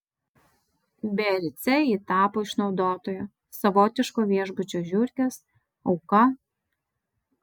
biarice ji tapo išnaudotojo savotiško viešbučio žiurkės auka